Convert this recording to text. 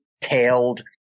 tailed